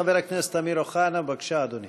חבר הכנסת אמיר אוחנה, בבקשה, אדוני.